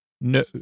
No